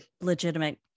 Legitimate